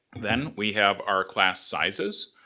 then, we have our class sizes,